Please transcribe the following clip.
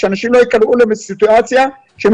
כדי שאנשים לא ייקלעו לסיטואציה שהם